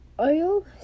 oil